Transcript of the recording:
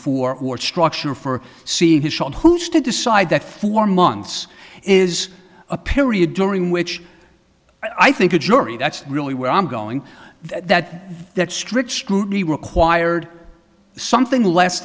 for or structure for seeing his child who's to decide that four months is a period during which i think a jury that's really where i'm going that that stritch crudely required something less